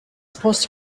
supposed